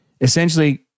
essentially